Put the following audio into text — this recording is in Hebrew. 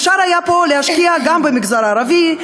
אפשר היה פה להשקיע גם במגזר הערבי,